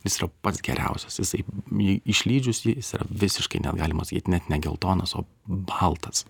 jis yra pats geriausias jisai jį išlydžius jis yra visiškai net galima sakyt net ne geltonas o baltas